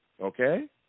okay